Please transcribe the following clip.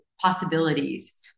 possibilities